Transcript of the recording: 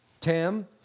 Tim